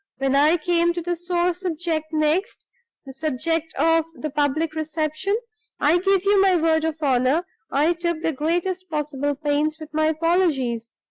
when i came to the sore subject next the subject of the public reception i give you my word of honor i took the greatest possible pains with my apologies.